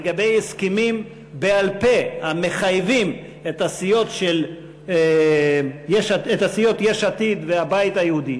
לגבי הסכמים בעל-פה המחייבים את הסיעות יש עתיד והבית היהודי,